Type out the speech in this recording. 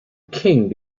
king